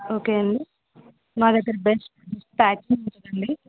okay అండి మా దగ్గర బెస్ట్ ప్యాకింగ్ ఉందండి